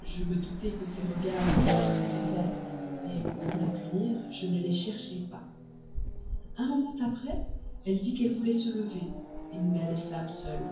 je me doutai que ses regards devaient être sévères pour la punir je ne les cherchai pas un moment après elle dit qu'elle voulait se lever nous la laissâmes seule